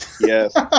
Yes